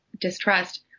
distrust